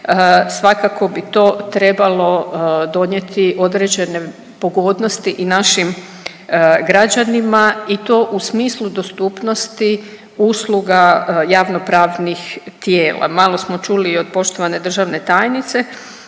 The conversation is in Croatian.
svakako bi to trebalo donijeti određene pogodnosti i našim građanima i to u smislu dostupnosti usluga javnopravnih tijela. Malo smo čuli i od poštovane državne tajnice